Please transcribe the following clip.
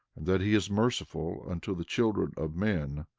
and that he is merciful unto the children of men,